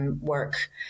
work